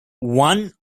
one